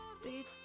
Stay